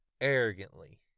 arrogantly